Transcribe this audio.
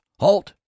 Halt